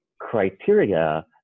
criteria